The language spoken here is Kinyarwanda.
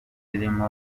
zirimo